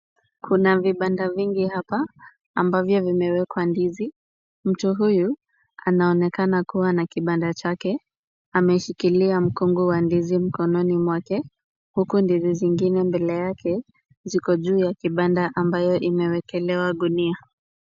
Kuna vibanda vingi hapa ambavyo vimewekwa ndizi. Mtu huyu anaonekana kuwa na kibanda chake ameshikilia mkongo wa ndizi mkononi mwake huku ndizi zingine ziko juu ya kibanda ambayo imewekelewa gunia.